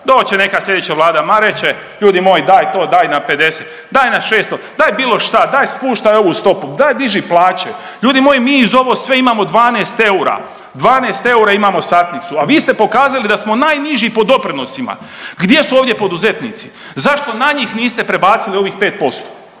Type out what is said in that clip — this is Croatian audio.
će neka slijedeća vlada ma reći će ljudi moji daj to, daj na 50, daj na 600, daj bilo šta, daj spuštaj ovu stopu, daj diži plaće. Ljudi moji mi iz ovo sve imamo 12 eura, 12 eura imamo satnicu, a vi ste pokazali da smo najniži po doprinosima. Gdje su ovdje poduzetnici? Zašto na njih niste prebacili ovih 5%.